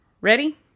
ready